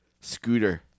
Scooter